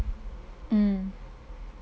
mm